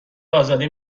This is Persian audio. ازاده